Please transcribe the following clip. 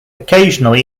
occasionally